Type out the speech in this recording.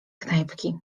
knajpki